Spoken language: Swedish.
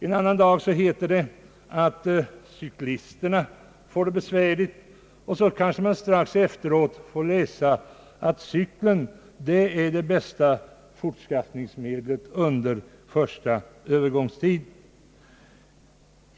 En annan dag heter det att cyklisterna får det besvärligt. Strax därefter kan man läsa att cykeln är det bästa fortskaffningsmedlet under den första tiden efter övergången.